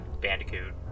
Bandicoot